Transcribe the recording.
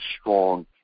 strong